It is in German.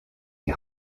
die